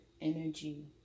energy